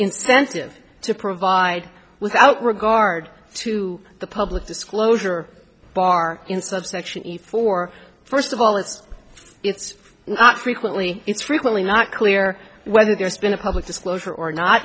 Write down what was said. incentive to provide without regard to the public disclosure bar in subsection efore first of all it's it's not frequently it's frequently not clear whether there's been a public disclosure or not